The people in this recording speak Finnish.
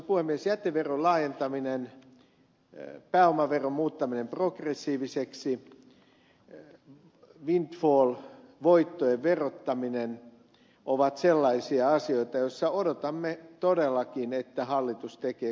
jäteveron laajentaminen pääomaveron muuttaminen progressiiviseksi ja windfall voittojen verottaminen ovat sellaisia asioita joissa odotamme todellakin että hallitus tekee konkreettisia esityksiä